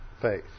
faith